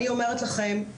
אני אומרת לכם,